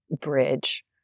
bridge